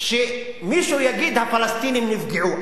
שמישהו יגיד: הפלסטינים נפגעו,